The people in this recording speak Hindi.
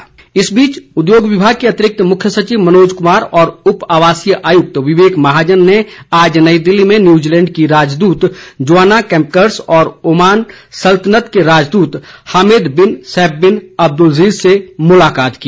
भेंट इस बीच उद्योग विभाग के अतिरिक्त मुख्य सचिव मनोज कुमार और उप आवासीय आयुक्त विवेक महाजन ने आज नई दिल्ली में न्यूज़ीलैंड की राजदूत जोआना केम्पकर्स और ओमान सल्तनत के राजदूत हामेद बिन सैफबिन अब्दुलजीज़ से मुलाकात की